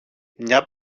μια